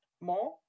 more